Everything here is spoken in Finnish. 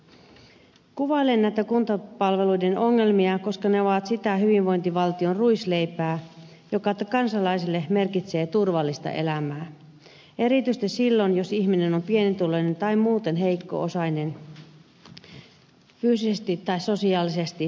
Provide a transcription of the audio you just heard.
kuvailen näitä kuntapalveluiden ongelmia koska ne ovat sitä hyvinvointivaltion ruisleipää joka kansalaisille merkitsee turvallista elämää erityisesti silloin jos ihminen on pienituloinen tai muuten heikko osainen fyysisesti tai sosiaalisesti puutteellinen